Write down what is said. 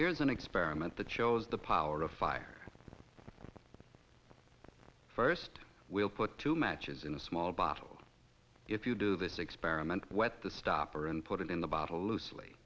here is an experiment that shows the power of fire first we'll put two matches in a small bottle if you do this experiment wet the stopper and put it in the bottle loosely